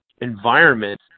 environment